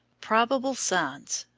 probable sons.